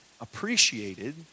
appreciated